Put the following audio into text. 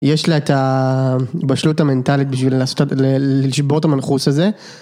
יש לה את הבשלות המנטלית בשביל לשבור את המנחוס הזה.